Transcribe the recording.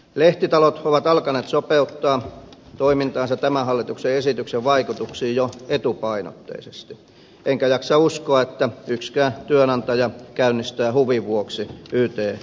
lehtitalot ovat alkaneet sopeuttaa toimintaansa tämän hallituksen esityksen vaikutuksiin jo etupainotteisesti enkä jaksa uskoa että yksikään työnantaja käynnistää huvin vuoksi yt neuvotteluita